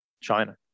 China